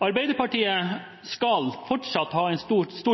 Arbeiderpartiet skal fortsatt